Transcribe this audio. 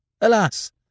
Alas